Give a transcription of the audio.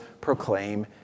proclaim